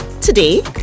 Today